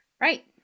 Right